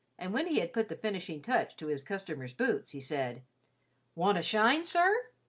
and when he had put the finishing touch to his customer's boots, he said want a shine, sir?